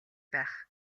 байх